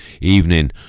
evening